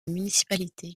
municipalité